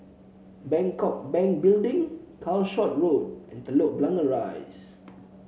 Bangkok Bank Building Calshot Road and Telok Blangah Rise